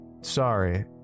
sorry